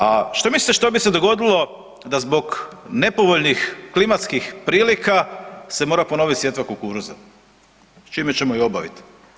A što mislite što bi se dogodilo da zbog nepovoljnih klimatskih prilika se mora ponovit sjetva kukuruza, s čime ćemo je obavit?